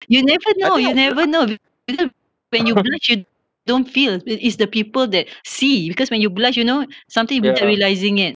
you never know you never know when you blush you don't feel it is the people that see because when you blush you know something without realising it